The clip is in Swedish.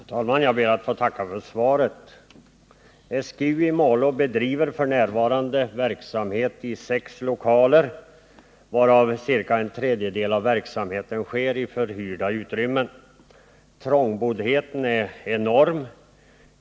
Herr talman! Jag ber att få tacka för svaret. SGU i Malå bedriver f. n. verksamhet i sex lokaler. Ca en tredjedel av verksamheten pågår i förhyrda utrymmen. Trångboddheten är enorm.